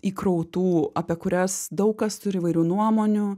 įkrautų apie kurias daug kas turi įvairių nuomonių